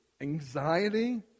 anxiety